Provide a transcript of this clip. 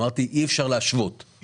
אמרתי שאי אפשר להשוות לעומת מה שהיה.